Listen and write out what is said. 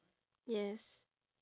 yes